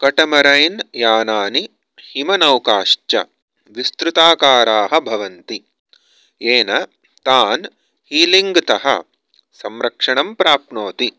catamaran यानानि हिमनौकाश्च विस्तृताकाराः भवन्ति येन तान् हीलिङ्ग् तः संरक्षणं प्राप्नोति